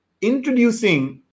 introducing